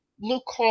Luke